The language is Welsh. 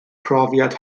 profiad